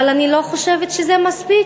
אבל אני לא חושבת שזה מספיק,